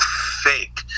fake